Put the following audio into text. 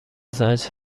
زجر